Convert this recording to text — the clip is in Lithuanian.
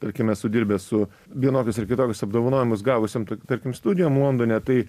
tarkim esu dirbęs su vienokius ir kitokius apdovanojimus gavusiom tarkim studijom londone tai